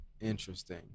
Interesting